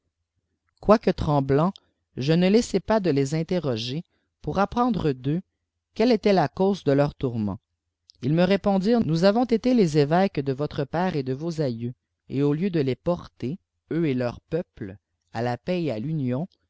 quoique trem tnt je ne laissai pas de les interroger pour apprendre d'eux elle étaitla cause ae leurs tourments ils me répondirent nous tlvons été les évèques de votre pèreet de vos aima et au m de lès porter eux et leurs peuples à la paix et à l'union